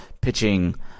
pitching